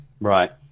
right